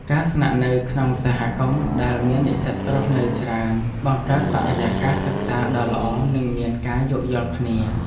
ការស្នាក់នៅក្នុងសហគមន៍ដែលមាននិស្សិតរស់នៅច្រើនបង្កើតបរិយាកាសសិក្សាដ៏ល្អ និងមានការយោគយល់គ្នា។